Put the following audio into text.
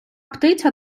птиця